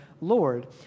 Lord